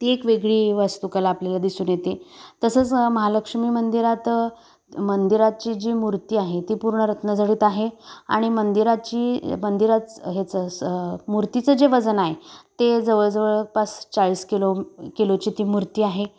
ती एक वेगळी वास्तुकला आपल्याला दिसून येते तसंच महालक्ष्मी मंदिरात मंदिराची जी मूर्ती आहे ती पूर्ण रत्नजडीत आहे आणि मंदिराची मंदिरात ह्याचं मूर्तीचं जे वजन आहे ते जवळ जवळपास चाळीस किलो किलोची ती मूर्ती आहे